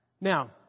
Now